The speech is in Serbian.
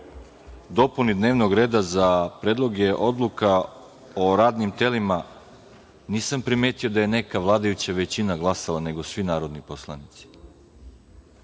dopuni dnevnog reda za predloge odluka o radnim telima, nisam primetio da je neka vladajuća većina glasala, nego svi narodni poslanici